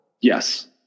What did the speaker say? Yes